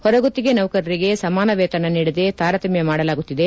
ಹೊರಗುತ್ತಿಗೆ ನೌಕರರಿಗೆ ಸಮಾನ ವೇತನ ನೀಡದೆ ತಾರತಮ್ಯ ಮಾಡಲಾಗುತ್ತಿದೆ